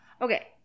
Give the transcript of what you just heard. Okay